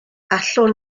allwn